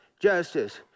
justice